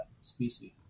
species